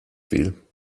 viel